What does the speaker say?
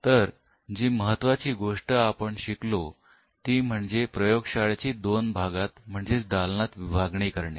तर जी महत्त्वाची गोष्ट आपण शिकलो ती म्हणजे प्रयोगशाळेची दोन भागात दालनांत विभागणी करणे